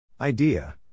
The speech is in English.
Idea